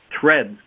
threads